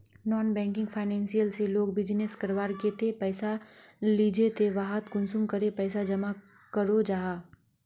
Non banking financial से लोग business करवार केते पैसा लिझे ते वहात कुंसम करे पैसा जमा करो जाहा?